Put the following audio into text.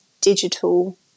digital